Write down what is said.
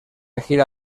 gira